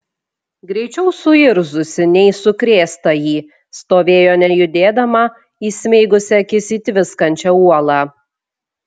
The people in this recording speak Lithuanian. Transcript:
greičiau suirzusi nei sukrėstąjį stovėjo nejudėdama įsmeigusi akis į tviskančią uolą